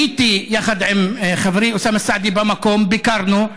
הייתי יחד עם חברי אוסאמה סעדי במקום, ביקרנו,